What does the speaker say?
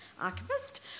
archivist